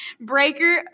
Breaker